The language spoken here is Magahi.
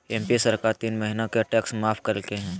एम.पी सरकार तीन महीना के टैक्स माफ कइल कय